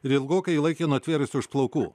ir ilgokai laikė nutvėrusį už plaukų